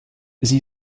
sie